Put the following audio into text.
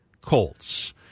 colts